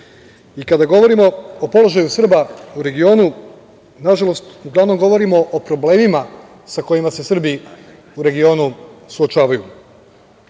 govorimo o položaju Srba u regionu, nažalost uglavnom govorimo o problemima sa kojima se Srbi u regionu suočavaju.